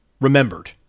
remembered